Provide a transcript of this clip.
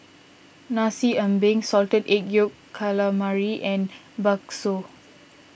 Nasi Ambeng Salted Egg Yolk Calamari and Bakso